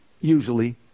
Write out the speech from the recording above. usually